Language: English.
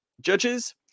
Judges